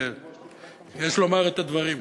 יש לומר את הדברים.